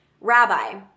Rabbi